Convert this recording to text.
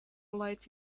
lights